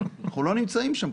אנחנו עדיין לא שם.